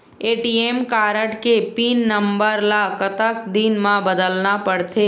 ATM card के pin number ला कतक दिन म बदलना पड़थे?